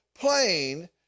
plain